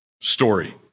story